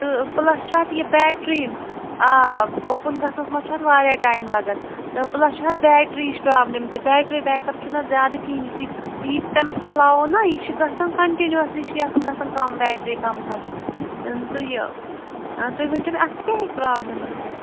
تہٕ پٕلَس چھُ اَتھ یہِ بیٹری آ اوپُن گژھنَس منٛز چھُ اَتھ واریاہ ٹایِم لَگَان تہٕ پٕلَس چھِ اَتھ بیٹریچ پرابلِم تہِ بیٹری بیک اَپ چھُنہٕ اَتھ زیادٕ کِہیٖنۍ یِتھُے یہِ تٔمِس چَلاوو نا یہِ چھُ گژھان کَنٹِنیوٗسلی چھُ یہِ آسَان گژھان کَم بیٹری کَم کَم تہٕ یہِ تُہۍ ؤنۍ تَو مےٚ اَتھ کیٛاہ ہیٚکہِ پرٛابلِم ٲسِتھ